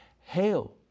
Hail